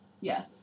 Yes